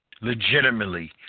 legitimately